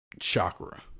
chakra